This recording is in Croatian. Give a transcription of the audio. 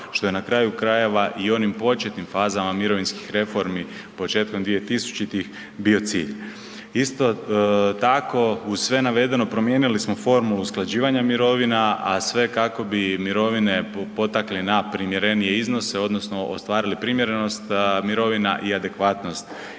što je na kraju krajeva i u onim početnim fazama mirovinskih reformi početkom 2000.-ih bio cilj. Isto tako uz sve navedeno promijenili smo formu usklađivanja mirovina, a sve kako bi mirovine potakli na primjerenije iznose odnosno ostvarili primjerenost mirovina i adekvatnost isplate.